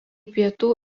pietų